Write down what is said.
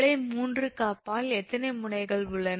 கிளை 3 க்கு அப்பால் எத்தனை முனைகள் உள்ளன